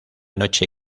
noche